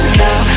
now